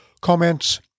comments